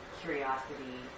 curiosity